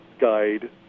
guide